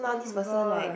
oh my god